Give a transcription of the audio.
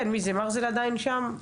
מרזל עדיין שם?